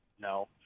no